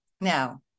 now